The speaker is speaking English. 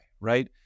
right